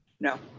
No